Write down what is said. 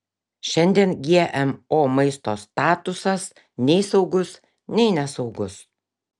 šiandien gmo maisto statusas nei saugus nei nesaugus